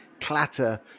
clatter